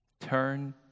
Turn